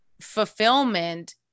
fulfillment